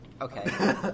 Okay